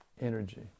energy